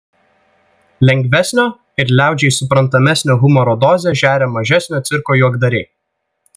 lengvesnio ir liaudžiai suprantamesnio humoro dozę žeria mažesnio cirko juokdariai